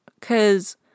Cause